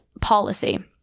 policy